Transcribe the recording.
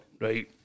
right